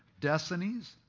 Destinies